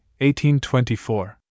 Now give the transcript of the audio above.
1824